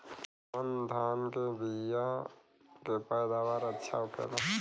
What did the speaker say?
कवन धान के बीया के पैदावार अच्छा होखेला?